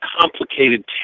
complicated